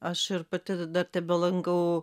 aš ir pati dar tebelankau